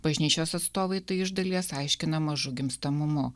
bažnyčios atstovai tai iš dalies aiškina mažu gimstamumu